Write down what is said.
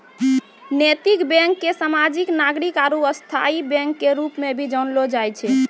नैतिक बैंक के सामाजिक नागरिक आरू स्थायी बैंक के रूप मे भी जानलो जाय छै